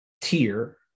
tier